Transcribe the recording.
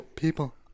people